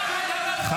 מה, אתה --- תרזה?